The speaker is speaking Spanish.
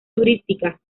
turística